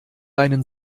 einen